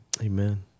Amen